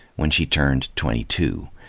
when she turned twenty-two.